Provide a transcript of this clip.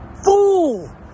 fool